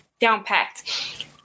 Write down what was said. down-packed